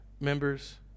members